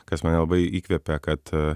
kas mane labai įkvėpė kad